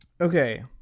Okay